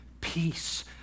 peace